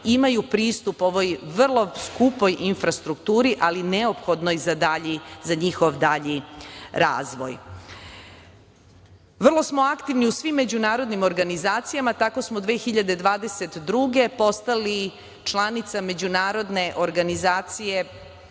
imaju pristup ovoj vrlo skupoj infrastrukturi, ali neophodnoj za njihov dalji razvoj. Vrlo smo aktivni u svim međunarodnim organizacijama tako smo 2022. godine postali članice međunarodne organizacije